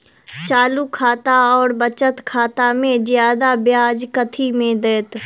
चालू खाता आओर बचत खातामे जियादा ब्याज कथी मे दैत?